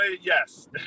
yes